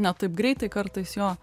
ne taip greitai kartais jo